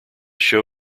show